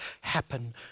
happen